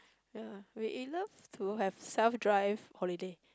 ya we love to have self drive holiday